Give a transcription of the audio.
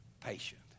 patient